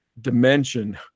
dimension